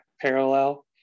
parallel